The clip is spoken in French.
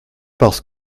parce